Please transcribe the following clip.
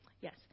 yes